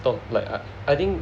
talk like I think